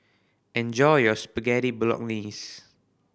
enjoy your Spaghetti Bolognese